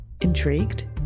Intrigued